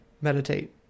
meditate